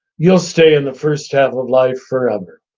you'll stay in the first half of life forever.